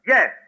Yes